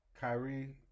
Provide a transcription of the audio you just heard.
Kyrie